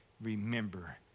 remember